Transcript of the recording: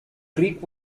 greek